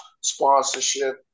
sponsorship